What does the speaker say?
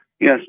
Yes